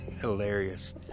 hilarious